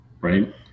right